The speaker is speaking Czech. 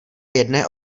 jedné